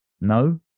No